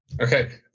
Okay